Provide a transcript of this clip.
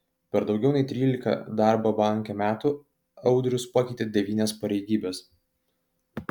per daugiau nei trylika darbo banke metų audrius pakeitė devynias pareigybes